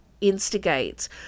instigates